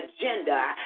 agenda